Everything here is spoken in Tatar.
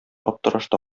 аптырашта